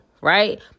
right